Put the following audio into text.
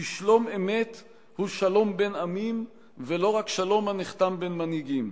כי שלום-אמת הוא שלום בין עמים ולא רק שלום הנחתם בין מנהיגים.